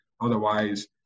otherwise